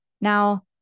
Now